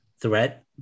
threat